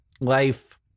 life